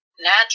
natural